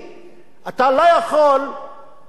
ישראל שופטת את עצמה,